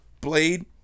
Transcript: blade